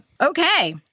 Okay